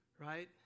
right